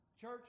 Church